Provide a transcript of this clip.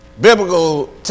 Biblical